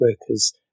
workers